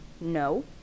No